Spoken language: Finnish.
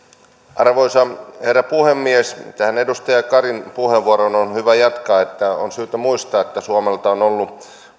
arvoisa herra puhemies tähän edustaja karin puheenvuoroon on hyvä jatkaa että on syytä muistaa että suomelta on ollut